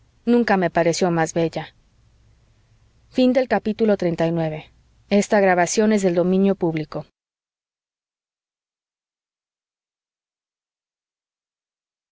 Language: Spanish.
nunca me pareció más bella xl